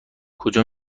کجا